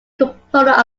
component